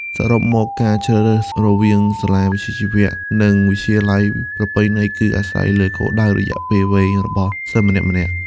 សរុបមក ការជ្រើសរើសរវាងសាលាវិជ្ជាជីវៈ និងវិទ្យាល័យប្រពៃណីគឺអាស្រ័យលើគោលដៅរយៈពេលវែងរបស់សិស្សម្នាក់ៗ។